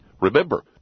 remember